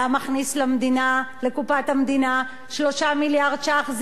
היה מכניס לקופת המדינה 3 מיליארד ש"ח,